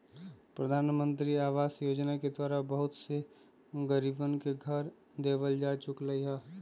प्रधानमंत्री आवास योजना के द्वारा बहुत से गरीबन के घर देवल जा चुक लय है